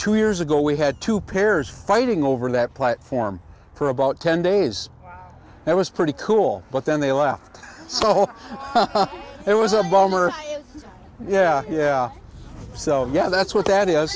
two years ago we had two pairs fighting over that platform for about ten days that was pretty cool but then they left so it was a bomb or yeah yeah so yeah that's what that is